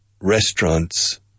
restaurants